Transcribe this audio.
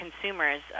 consumers